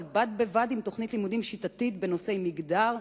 אבל בד בבד עם תוכנית לימודים שיטתית בנושאי מגדר,